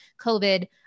COVID